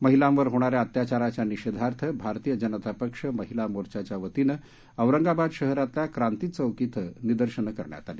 महिलांवर होणाऱ्या अत्याचाराच्या निषेधार्थ भारतीय जनता पक्ष महिला मोर्चाच्या वतीनं औरंगाबाद शहरातल्या क्रांती चौक िक्वि निदर्शनं करण्यात आली